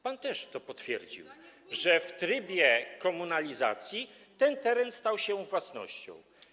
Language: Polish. Pan też to potwierdził, to, że w trybie komunalizacji ten teren stał się własnością.